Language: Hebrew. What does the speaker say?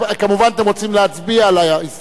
כמובן, אתם רוצים להצביע על ההסתייגויות.